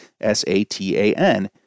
S-A-T-A-N